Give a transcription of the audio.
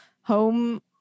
home